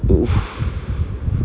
oof